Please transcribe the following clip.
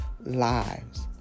lives